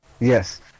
Yes